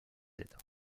état